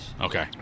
Okay